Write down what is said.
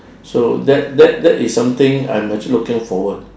so that that that is something I'm actually looking forward